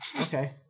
Okay